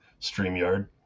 StreamYard